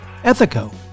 Ethico